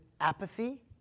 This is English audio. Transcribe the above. Apathy